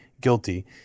guilty